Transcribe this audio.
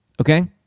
okay